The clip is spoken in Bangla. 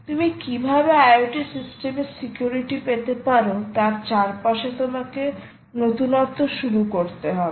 তুমি কীভাবে IoT সিস্টেমে সিকিউরিটি পেতে পার তার চারপাশে তোমাকে নতুনত্ব শুরু করতে হবে